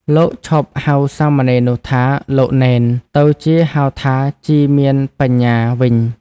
លោកឈប់ហៅសាមណេរនោះថា "លោកនេន" ទៅជាហៅថា "ជីមានបញ្ញា" វិញ។